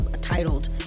titled